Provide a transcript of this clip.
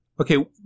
Okay